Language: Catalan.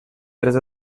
tres